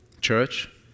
Church